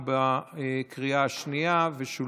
אלכס, כל